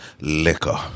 liquor